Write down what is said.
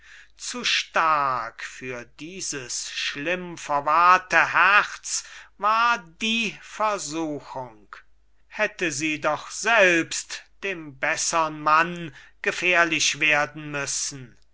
zu stark für dieses schlimmverwahrte herz war die versuchung hätte sie doch selbst dem bessern mann gefährlich werden müssen